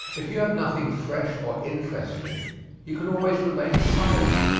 if you have nothing fresh or interesting you can always remain silent.